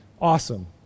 awesome